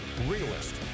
realist